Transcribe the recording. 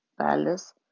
palace